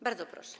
Bardzo proszę.